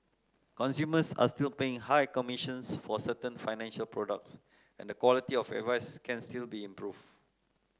consumers are still paying high commissions for certain financial products and the quality of advice can still be improved